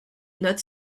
not